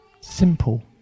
Simple